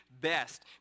best